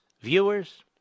viewers